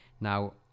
Now